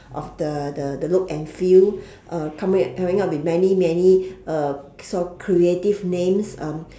of the the the look and feel uh coming coming up with many many uh sort of creative names um